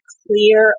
clear